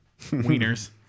wieners